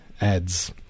ads